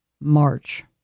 March